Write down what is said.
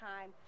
time